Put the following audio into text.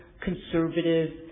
conservative